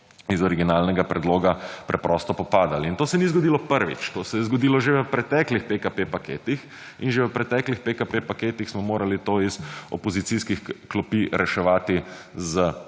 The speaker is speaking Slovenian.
iz originalnega predloga preprosto popadal in to se ni zgodilo prvič, to se je zgodilo že v preteklih PKP paketih in že v preteklih PKP paketih smo morali to iz opozicijskih klopi reševati